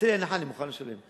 תן לי הנחה, אני מוכן לשלם.